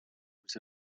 nous